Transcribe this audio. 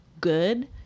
good